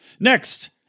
Next